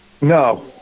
No